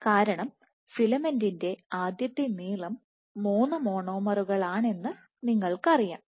കാരണം ഫിലമെന്റിന്റെ ആദ്യത്തെ നീളം മൂന്ന് മോണോമറുകളാണെന്ന് നിങ്ങൾക്കറിയാം